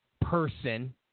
person